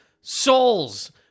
souls